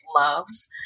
Loves